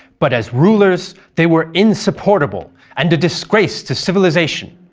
but as rulers they were insupportable and a disgrace to civilisation,